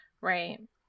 Right